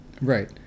Right